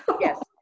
Yes